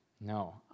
No